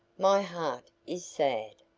my heart is sad.